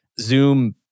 Zoom